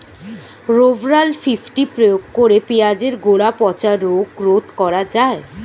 Rovral fifty প্রয়োগ করে পেঁয়াজের গোড়া পচা রোগ রোধ করা যায়?